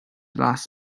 last